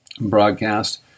broadcast